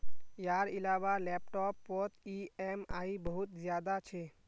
यार इलाबा लैपटॉप पोत ई ऍम आई बहुत ज्यादा छे